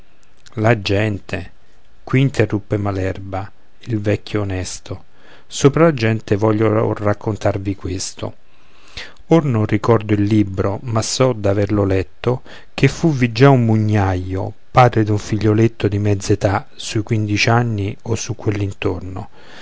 la gente qui interruppe malerba il vecchio onesto sopra la gente voglio or raccontarvi questo or non ricordo il libro ma so d'averlo letto che fuvvi già un mugnaio padre d'un figlioletto di mezz'età sui quindici anni o su quell'intorno